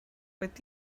with